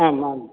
आम् आम्